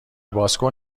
بازکن